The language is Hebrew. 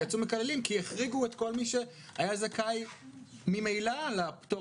ויצאו מקללים כי החריגו את כל מי שהיה זכאי ממילא לפטור